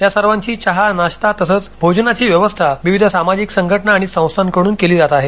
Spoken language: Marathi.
या सर्वांची चहा नाश्ता तसंच भोजनाची व्यवस्था विविध सामाजिक संघटना संस्थांकडून केली जात आहे